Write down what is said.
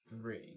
three